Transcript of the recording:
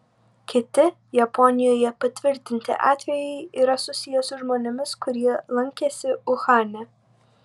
kiti japonijoje patvirtinti atvejai yra susiję su žmonėmis kurie lankėsi uhane